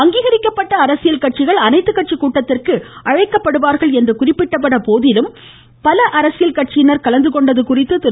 அங்கீகரிக்கப்பட்ட அனைத்து கட்சி கூட்டக்கிற்கு அழைக்கப்படுவார்கள் என்று குறிப்பிடப்பட்ட போதிலும் மேலும் பல அரசியல் கட்சியினர் கலந்துகொண்டது குறித்து திரு